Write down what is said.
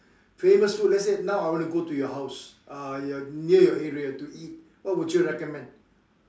famous food let's say now I want to go to your house uh your near your area to eat what would you recommend